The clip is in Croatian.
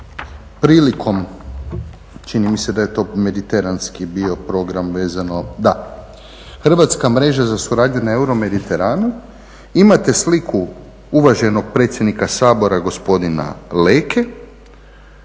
Hrvatska mreža za suradnju na euro Mediteranu, imate sliku uvaženog predsjednika Sabora gospodina Leke